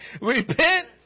Repent